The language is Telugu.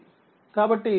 కాబట్టిiSCIN4ఆంపియర్